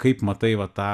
kaip matai va tą